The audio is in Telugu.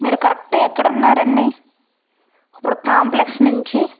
మీరు కరెక్ట్గా ఎక్కడ ఉన్నారండి ఇప్పుడు కాంప్లెక్స్ నుంచి